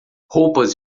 roupas